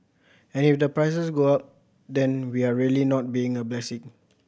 and if the prices go up then we are really not being a blessing